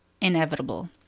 inevitable